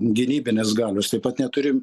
gynybinės galios taip pat neturim